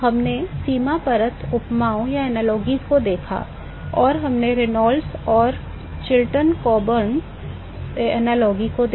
हमने सीमा परत उपमाओं को देखा और हमने रेनॉल्ड्स और चिल्टन कोबर्न सादृश्य को देखा